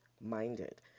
minded